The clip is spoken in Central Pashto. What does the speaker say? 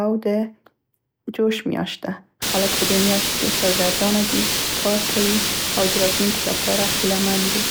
او د جوش میاشت ده. خلک په دې میاشت کې سرګردانه دي، کار کوي او د راتلونکي لپاره هیله من دي.